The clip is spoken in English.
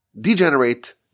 degenerate